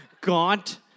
gaunt